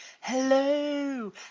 hello